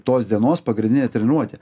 tos dienos pagrindinė treniruotė